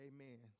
Amen